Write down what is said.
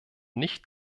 nicht